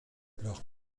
leurs